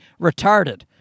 retarded